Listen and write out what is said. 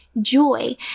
joy